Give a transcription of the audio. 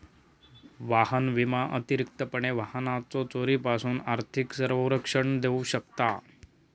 वाहन विमा अतिरिक्तपणे वाहनाच्यो चोरीपासून आर्थिक संरक्षण देऊ शकता